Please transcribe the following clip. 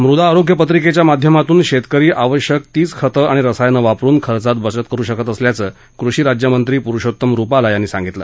मृदा आरोग्य पत्रिकेच्या माध्यमातून शेतकरी आवश्यक तीच खतं आणि रसायनं वापरून खर्चात बचत करू शकत असल्याचं कृषी राज्य मंत्री पुरुषोत्तम रुपाला यांनी सांगितलं